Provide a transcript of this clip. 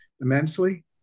immensely